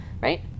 right